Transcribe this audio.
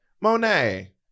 Monet